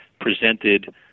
presented